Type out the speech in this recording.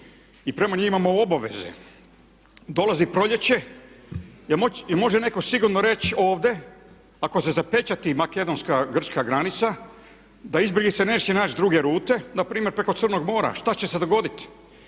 i prema njima imamo obaveze. Dolazi proljeće, jel' može netko sigurno reći ovdje ako se zapečati makedonska, grčka granica da izbjeglice neće naći druge rute, na primjer preko Crnog mora. Šta će se dogoditi?